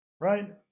Right